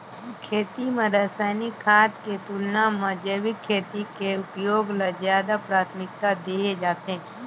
खेती म रसायनिक खाद के तुलना म जैविक खेती के उपयोग ल ज्यादा प्राथमिकता देहे जाथे